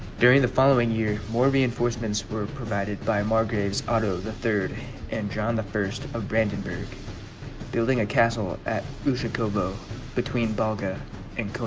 during the following year more reinforcements were provided by margrave's otto the third and john the first of brandenburg building a castle at lucia covo between volga and